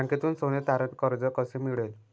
बँकेतून सोने तारण कर्ज कसे मिळेल?